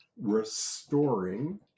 restoring